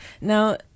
Now